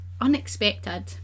unexpected